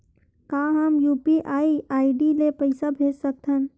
का हम UPI ID ले पईसा भेज सकथन?